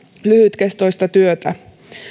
lyhytkestoista työtä